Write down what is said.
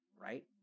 Right